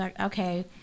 okay